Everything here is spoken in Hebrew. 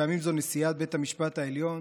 פעמים זו נשיאת בית המשפט העליון.